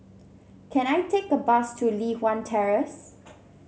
can I take a bus to Li Hwan Terrace